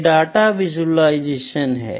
ये data visualisation है